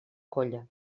colla